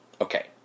okay